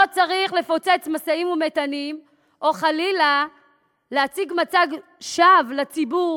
לא צריך לפוצץ משאים-ומתנים או חלילה להציג מצג שווא לציבור,